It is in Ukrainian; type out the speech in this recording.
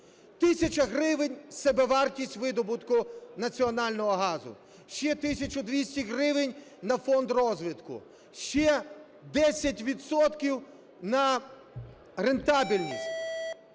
гривень – собівартість видобутку національного газу. Ще 1200 гривень – на фонд розвитку. Ще 10 відсотків – на рентабельність,